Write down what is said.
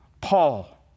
Paul